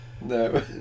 No